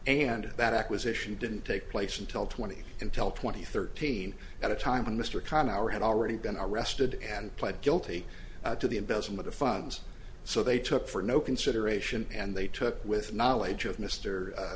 and that acquisition didn't take place until twenty intel twenty thirteen at a time when mr kahn hour had already been arrested and pled guilty to the investment of funds so they took for no consideration and they took with knowledge of